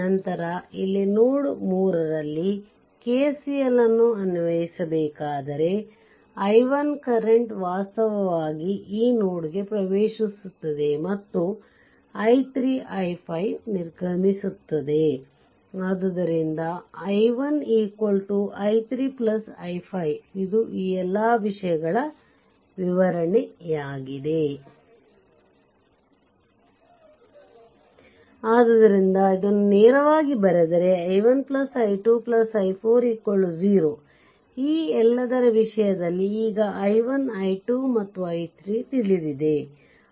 ನಂತರ ಇಲ್ಲಿ ನೋಡ್ 3 ನಲ್ಲಿ KCL ಅನ್ವಯಿಸಬೇಕಾದರೆ i1 ಕರೆಂಟ್ ವಾಸ್ತವವಾಗಿ ಈ ನೋಡ್ಗೆ ಪ್ರವೇಶಿಸುತ್ತದೆ ಮತ್ತು i3 i5 ನಿರ್ಗಮಿಸುತ್ತದೆ ಆದ್ದರಿಂದ i1 i3 i5 ಇದು ಈ ಎಲ್ಲ ವಿಷಯಗಳ ವಿವರಣೆಯಾಗಿದೆ ಆದ್ದರಿಂದ ಇದನ್ನು ನೇರವಾಗಿ ಬರೆದರೆ i1 i2 i4 0 ಈ ಎಲ್ಲದರ ವಿಷಯದಲ್ಲಿ ಈಗ i1 i2 ಮತ್ತು i3ತಿಳಿದಿದೆ